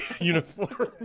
uniform